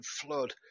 flood